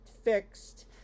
Fixed